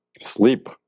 Sleep